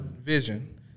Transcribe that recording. vision